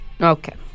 Okay